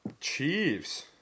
Chiefs